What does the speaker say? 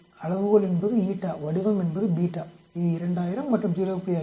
அளவுகோள் என்பது வடிவம் என்பது β இது 2000 மற்றும் 0